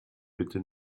bitte